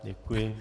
Děkuji.